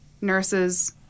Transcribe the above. nurses